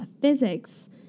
physics